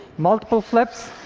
multiple flips,